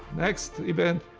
next event,